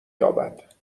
یابد